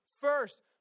first